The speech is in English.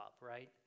right